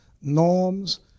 norms